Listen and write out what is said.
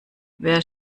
wer